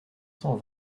cent